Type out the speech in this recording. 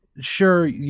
Sure